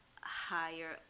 higher